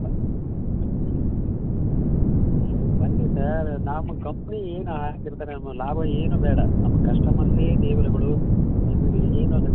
ಬ ಏ ಬನ್ನಿ ಸರ್ ನಮ್ ಕಂಪ್ನಿ ಏನು ಹಾಕಿರ್ತರೆ ನಮ್ಗೆ ಲಾಭ ಏನು ಬೇಡ ನಮಗೆ ಕಸ್ಟಮರ್ಸೇ ದೇವರುಗಳು ನಿಮಗೆ ಏನು ಅನ್